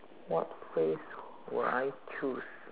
what phrase will I choose